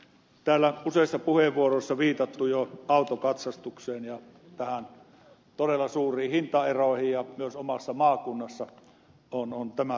täällä on useissa puheenvuoroissa viitattu jo autokatsastukseen ja näihin todella suuriin hintaeroihin ja myös omassa maakunnassani on tämä totta